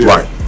Right